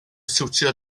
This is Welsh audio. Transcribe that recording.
siwtio